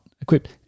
equipped